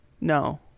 No